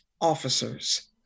officers